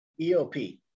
EOP